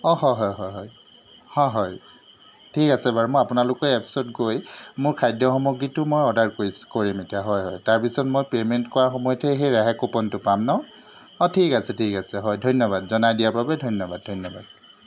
অঁ হয় হয় হয় হয় হয় ঠিক আছে বাৰু মই আপোনালোকৰ এপছত গৈ মোৰ খাদ্য সামগ্ৰীটো মই অৰ্ডাৰ কৰিছ কৰিম এতিয়া হয় হয় তাৰপিছত মই পে'মেণ্ট কৰাৰ সময়তহে সেই ৰেহাই কুপনটো পাম নহ্ অঁ ঠিক আছে ঠিক আছে হয় ধন্যবাদ জনাই দিয়াৰ বাবে ধন্যবাদ ধন্যবাদ